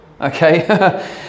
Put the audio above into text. Okay